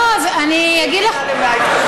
כן, היא התכוונה ליאיר לפיד.